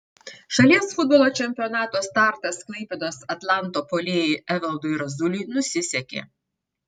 šalies futbolo čempionato startas klaipėdos atlanto puolėjui evaldui razuliui nusisekė